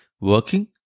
working